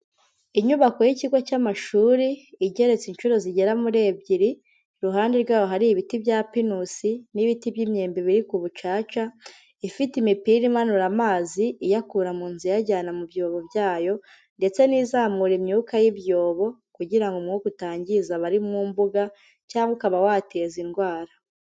Inyubako y'ikigo cy'amashuri igeretse inshuro zigera muri ebyiri, iruhande rwayo hari ibiti bya pinusi n'ibiti by'imyembe biri ku bucaca, ifite imipira imanura amazi iyakura mu nzu iyajyana mu byobo byayo ndetse n'izamura imyuka y'ibyobo , kugira ngo umwuka utangiza abari mu mbuga cyangwa ukaba wateza indwara.